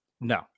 No